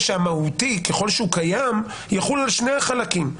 שה-"מהותי" ככל שהוא קיים יחול על שני החלקים,